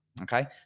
Okay